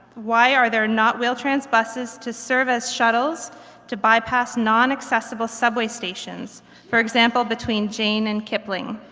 why are there not wheel-trans buses to serve as shuttles to bypass non-accessible subway stations for example, between jane and kipling?